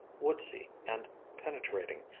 woodsy and penetrating,